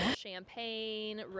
Champagne